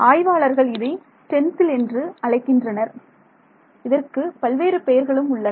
ஆய்வாளர்கள் இதை ஸ்டென்சில் என்று அழைக்கின்றனர் இதற்குப் பல்வேறு பெயர்களும் உள்ளன